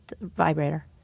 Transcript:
vibrator